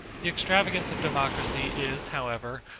the extravagance of democracy is, however,